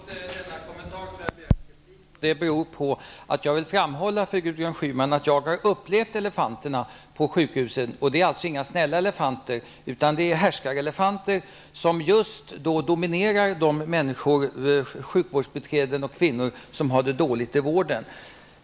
Herr talman! Trots denna kommentar har jag begärt replik, eftersom jag vill framhålla för Gudrun Schyman att jag har upplevt elefanterna på sjukhusen, och det rör sig inte om några snälla elefanter, utan det är härskarelefanter som dominerar de människor -- sjukvårdsbiträden och kvinnor -- som har dåliga förhållanden inom vården.